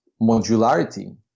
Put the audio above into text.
modularity